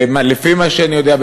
לפי מה שאני יודע,